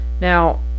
Now